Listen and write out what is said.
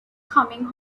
coming